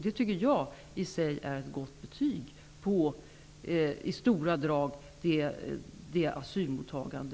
Det är i sig ett gott betyg åt vårt asylmottagande.